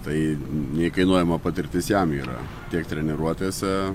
tai neįkainojama patirtis jam yra tiek treniruotėse